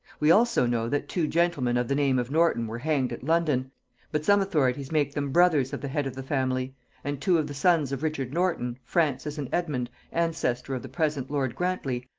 we also know that two gentlemen of the name of norton were hanged at london but some authorities make them brothers of the head of the family and two of the sons of richard norton, francis, and edmund ancestor of the present lord grantley,